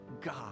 God